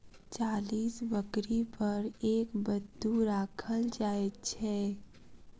चालीस बकरी पर एक बत्तू राखल जाइत छै